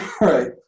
Right